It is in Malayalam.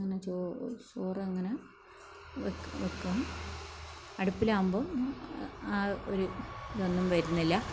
അങ്ങനെ ചോ ചോറങ്ങനെ വെക്ക് വെക്കും അടുപ്പിലാകുമ്പം ആ ഒരു ഇതൊന്നും വരുന്നില്ല